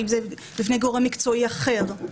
האם זה בפני גורם מקצועי אחר?